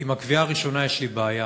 עם הקביעה הראשונה יש לי בעיה,